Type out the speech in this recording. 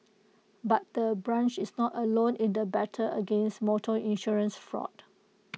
but the branch is not alone in the battle against motor insurance fraud